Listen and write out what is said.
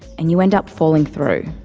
and you end up falling through.